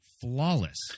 flawless